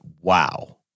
wow